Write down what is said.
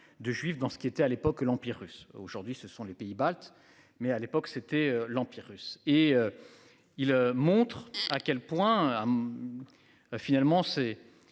de juifs dans ce qui était à l'époque l'Empire russe. Aujourd'hui ce sont les pays baltes mais à l'époque c'était l'Empire russe et. Il le montre à quel point. Finalement c'est